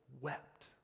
wept